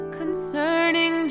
concerning